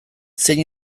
zein